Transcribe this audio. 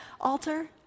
altar